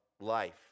life